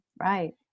Right